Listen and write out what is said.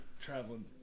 traveling